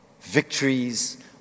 Victories